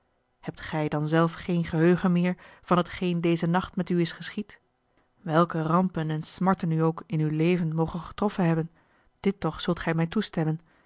hebt gij dan zelf geen geheugen meer van hetgeen dezen nacht met u is geschied welke rampen en smarten u ook in uw leven mogen getroffen hebben dit toch zult gij mij toestemmen